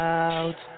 out